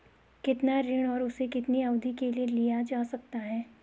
कितना ऋण और उसे कितनी अवधि के लिए लिया जा सकता है?